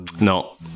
No